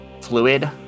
fluid